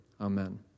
Amen